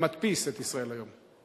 מדפיס את "ישראל היום".